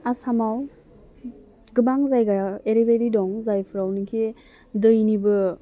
आसामाव गोबां जायगायाव एरैबायदि दं जायफ्रावनोखि दैनिबो